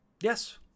Yes